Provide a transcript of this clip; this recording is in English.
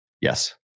Yes